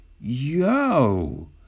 yo